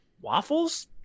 Waffles